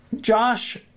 Josh